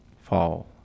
fall